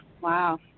Wow